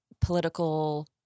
political